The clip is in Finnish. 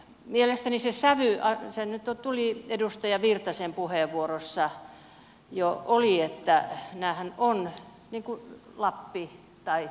mielestäni se sävy nyt edustaja virtasen puheenvuorossa jo oli että tähän on mikko lahti tai